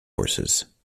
horses